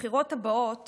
שבבחירות הבאות